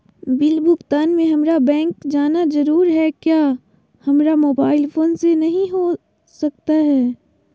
Bill भुगतान में हम्मारा बैंक जाना जरूर है क्या हमारा मोबाइल फोन से नहीं हो सकता है?